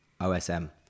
OSM